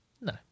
no